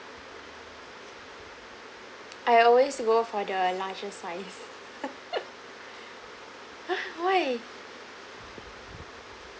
I always go for the largest size !huh! why